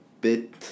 bit